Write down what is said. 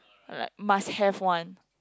like must have one